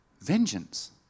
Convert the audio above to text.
vengeance